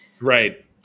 Right